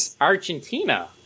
Argentina